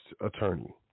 attorney